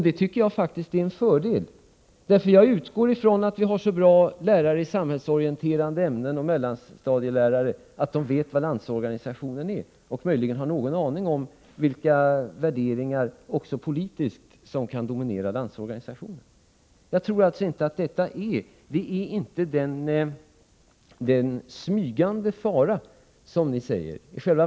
Det tycker jag faktiskt är en fördel — jag utgår ifrån att vi har så bra lärare i samhällsorienterande ämnen och så bra mellanstadielärare att de vet vad Landsorganisationen är och möjligen har någon aning om vilka värderingar — också politiskt — som kan dominera Landsorganisationen. Jag tror alltså inte att detta är den smygande fara, som ni här påstår.